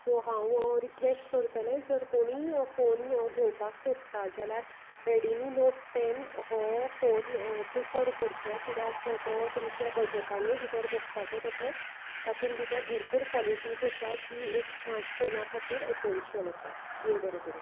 so हांव request करतले जर कोणीय फोन घेवपाक सोदता जाल्यार रेडिमी नोट टेन हो फोन प्रिफर करचो कित्याक तो तुमच्या बजेटानय भितर बसता तसोच तातून भितर भरपूर क्वलिटीज आसा जी स्मार्ट फोना खातीर एसेंशल आसात देव बरें करूं